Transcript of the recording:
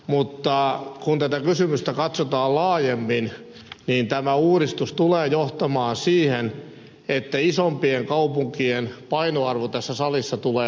mutta kun tätä kysymystä katsotaan laajemmin tämä uudistus tulee johtamaan siihen että isompien kaupunkien painoarvo tässä salissa tulee kasvamaan